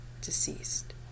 deceased